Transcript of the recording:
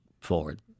forward